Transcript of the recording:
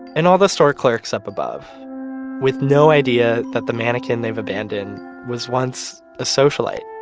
and all the store clerks up above with no idea that the mannequin they've abandoned was once a socialite.